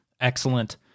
Excellent